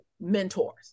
mentors